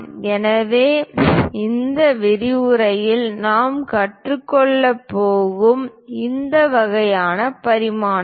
எனவே இந்த விரிவுரையில் நாம் கற்றுக்கொள்ளப் போகும் இந்த வகையான பரிமாணங்கள்